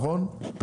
נכון?